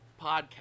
podcast